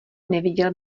neviděl